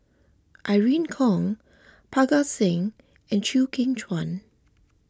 Irene Khong Parga Singh and Chew Kheng Chuan